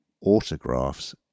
Autographs